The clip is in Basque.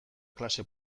klase